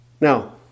Now